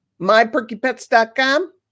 myperkypets.com